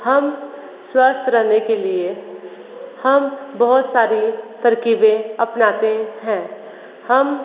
हम स्वस्थ रहने के लिए हम बहुत सारी तरक़ीबें अपनाते हैं हम